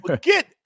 Get